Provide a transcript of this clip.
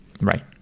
right